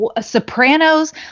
Sopranos